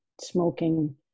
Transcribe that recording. smoking